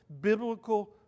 biblical